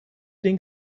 den